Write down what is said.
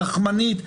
גחמנית,